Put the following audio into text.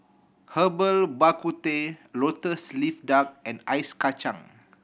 Herbal Bak Ku Teh Lotus Leaf Duck and ice kacang